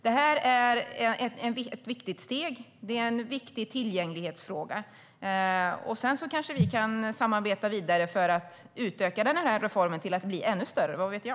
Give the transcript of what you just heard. Detta är ett viktigt steg och en viktig tillgänglighetsfråga. Sedan kanske vi kan samarbeta vidare för att utöka reformen till att bli ännu större - vad vet jag?